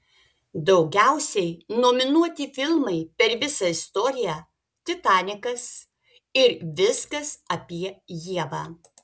daugiausiai nominuoti filmai per visą istoriją titanikas ir viskas apie ievą